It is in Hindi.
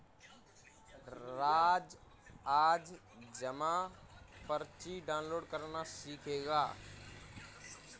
राज आज जमा पर्ची डाउनलोड करना सीखेगा